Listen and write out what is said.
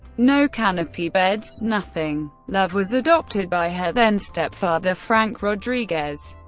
no canopy beds, nothing. love was adopted by her then-stepfather, frank rodriguez.